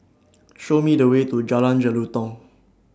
Show Me The Way to Jalan Jelutong